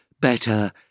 Better